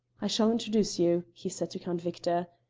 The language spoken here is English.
i shall introduce you, he said to count victor.